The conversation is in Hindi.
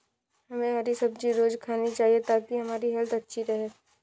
हमे हरी सब्जी रोज़ खानी चाहिए ताकि हमारी हेल्थ अच्छी रहे